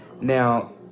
Now